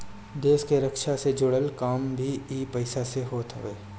देस के रक्षा से जुड़ल काम भी इ पईसा से होत हअ